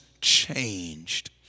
changed